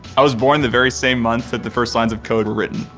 i was born the very same month that the first lines of code were written.